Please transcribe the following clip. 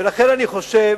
ולכן אני חושב